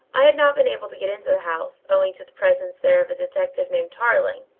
i had not been able to get into the house, owing to the presence there of a detective named tarling,